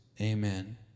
amen